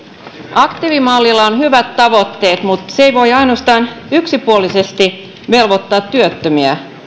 aktiivimallilla on hyvät tavoitteet mutta se ei voi ainoastaan yksipuolisesti velvoittaa työttömiä